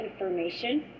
information